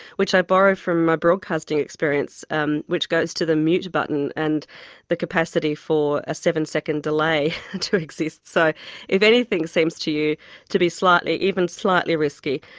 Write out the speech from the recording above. which i borrow from my broadcasting experience um which goes to the mute button and the capacity for a seven-second delay to exist, so if anything seems to you to be slightly, even slightly risky,